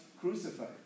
crucified